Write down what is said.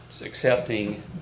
accepting